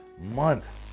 month